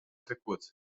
trecut